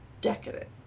decadent